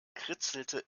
kritzelte